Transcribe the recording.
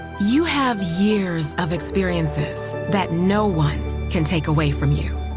you have years of experiences that no one can take away from you.